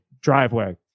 driveway